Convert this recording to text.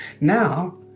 now